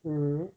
mmhmm